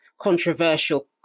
controversial